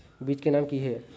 बीज के नाम की हिये?